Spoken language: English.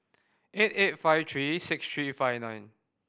eight eight five three six three five nine